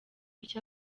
icyo